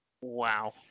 wow